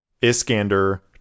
Iskander